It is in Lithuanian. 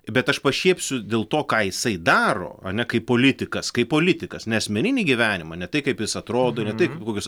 bet aš pašiepsiu dėl to ką jisai daro ane kaip politikas kaip politikas ne asmeninį gyvenimą ne tai kaip jis atrodo ne tai kokius